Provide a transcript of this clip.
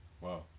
Wow